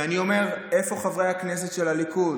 ואני אומר, איפה חברי הכנסת של הליכוד?